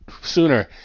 sooner